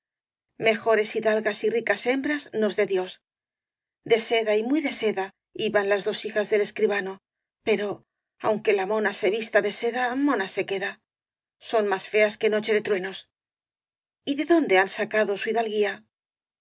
contrabando mejores hidalgas y ricas hembras nos dé dios de seda y muy de seda iban las dos hijas del escribano pero aunque la mona se vista de seda mona se queda son más feas que noche de truenos y de dónde han saca do su hidalguía